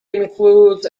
includes